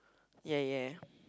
ya ya